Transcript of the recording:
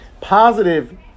positive